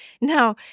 Now